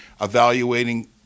evaluating